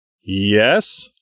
Yes